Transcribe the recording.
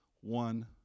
one